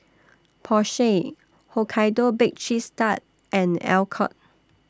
Porsche Hokkaido Baked Cheese Tart and Alcott